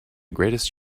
greatest